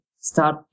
start